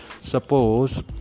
suppose